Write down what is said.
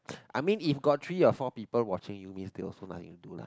I mean in got three or four people watching you means they also nothing to do lah